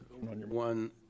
One